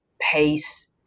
pace